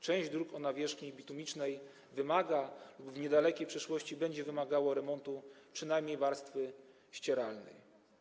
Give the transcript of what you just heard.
Część dróg o nawierzchni bitumicznej wymaga lub w niedalekiej przyszłości będzie wymagać remontu przynajmniej warstwy ścieralnej.